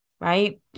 Right